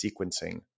sequencing